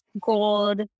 gold